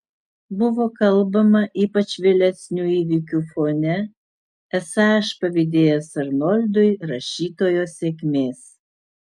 buvo kalbama ypač vėlesnių įvykių fone esą aš pavydėjęs arnoldui rašytojo sėkmės